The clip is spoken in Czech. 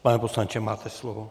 Pane poslanče, máte slovo.